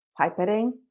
pipetting